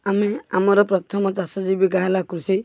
ଆମେ ଆମର ପ୍ରଥମ ଚାଷ ଜୀବିକା ହେଲା କୃଷି